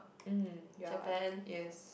mm ya yes